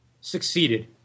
succeeded